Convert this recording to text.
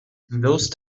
those